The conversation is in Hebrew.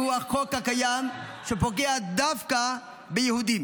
באמת אפרטהייד?